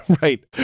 Right